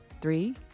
Three